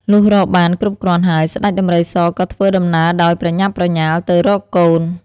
លុះរកបាន គ្រប់គ្រាន់ហើយ ស្តេចដំរីសក៏ធ្វើដំណើរដោយប្រញាប់ប្រញាល់ទៅរកកូន ។